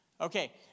Okay